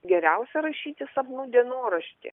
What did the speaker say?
geriausia rašyti sapnų dienoraštį